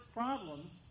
problems